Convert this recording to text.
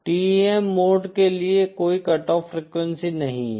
TEM mode के लिए कोई कट ऑफ फ्रीक्वेंसी नहीं है